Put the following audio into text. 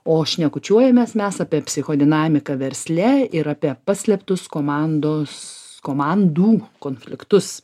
o šnekučiuojamės mes apie psichodinamiką versle ir apie paslėptus komandos komandų konfliktus